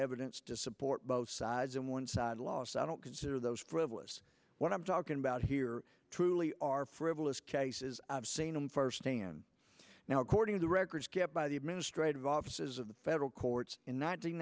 evidence to support both sides and one side lost i don't consider those frivolous what i'm talking about here truly are frivolous cases i've seen him for stand now according to the records kept by the administrative offices of the federal courts in n